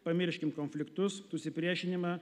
pamirškim konfliktus susipriešinimą